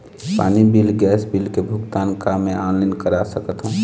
पानी बिल गैस बिल के भुगतान का मैं ऑनलाइन करा सकथों?